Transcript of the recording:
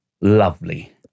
Lovely